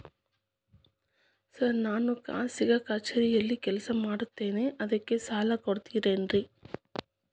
Sir ನಾನು ಖಾಸಗಿ ಕಚೇರಿಯಲ್ಲಿ ಕೆಲಸ ಮಾಡುತ್ತೇನೆ ಅದಕ್ಕೆ ಸಾಲ ಕೊಡ್ತೇರೇನ್ರಿ?